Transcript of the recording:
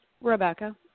Rebecca